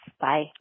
Bye